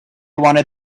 wanted